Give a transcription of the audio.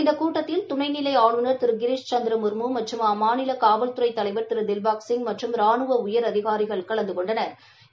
இந்த கூட்டத்தில் துணை நிலை ஆளுநர் திரு கிரிஷ் சந்திர முர்மு மற்றும் அம்மாநில காவல்துறை தலைவா் திரு தீபாக்சிங் மற்றும் ரானுவ உயரதிகாரிகள் கலந்து கொண்டனா்